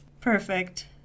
Perfect